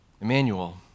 Emmanuel